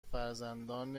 فرزندان